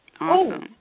Awesome